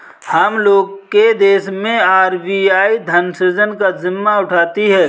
हम लोग के देश मैं आर.बी.आई धन सृजन का जिम्मा उठाती है